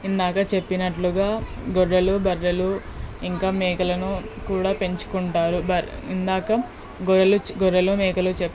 ఇందాక చెప్పినట్లుగా గొర్రెలు బర్రెలు ఇంకా మేకలను కూడా పెంచుకుంటారు బర్ ఇందాక గొర్రెలు చ్ గొర్రెలు మేకలు చెప్పాను కదా